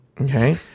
okay